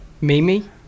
Mimi